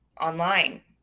online